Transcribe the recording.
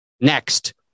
Next